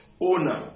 Owner